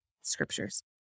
scriptures